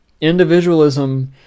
Individualism